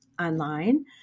online